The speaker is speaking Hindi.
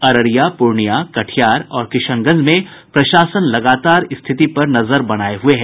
अररिया पूर्णियां कटिहार और किशनगंज में प्रशासन लगातार स्थिति पर नजर बनाये हुए हैं